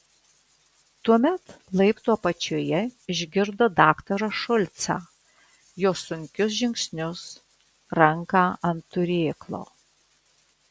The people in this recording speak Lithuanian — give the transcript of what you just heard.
tuomet laiptų apačioje išgirdo daktarą šulcą jo sunkius žingsnius ranką ant turėklo